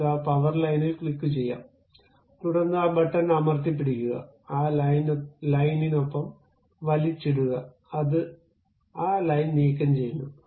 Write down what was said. നമുക്ക് ആ പവർ ലൈനിൽ ക്ലിക്കുചെയ്യാം തുടർന്ന് ആ ബട്ടൺ അമർത്തിപ്പിടിക്കുക ആ ലൈനിനൊപ്പം വലിച്ചിടുക അത് ആ ലൈൻ നീക്കംചെയ്യുന്നു